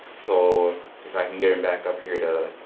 so if i can get him back up here, to